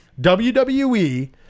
WWE